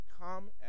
come